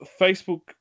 Facebook